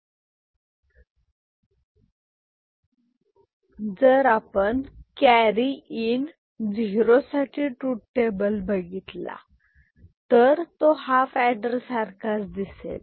जर truth table carry in zero साठी बघितला तर हाफ एडर सारखाच दिसेल